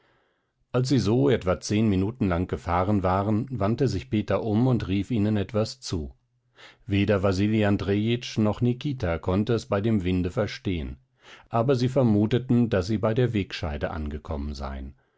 als sie so etwa zehn minuten lang gefahren waren wandte sich peter um und rief ihnen etwas zu weder wasili andrejitsch noch nikita konnte es bei dem winde verstehen aber sie vermuteten daß sie bei der wegscheide angekommen seien